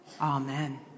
Amen